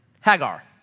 Hagar